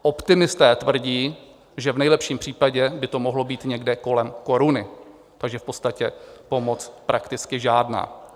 Optimisté tvrdí, že v nejlepším případě by to mohlo být kolem koruny, takže v podstatě pomoc prakticky žádná.